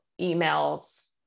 emails